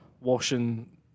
washing